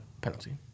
penalty